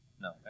No